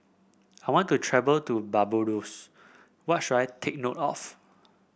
I want to travel to Barbados what should I take note of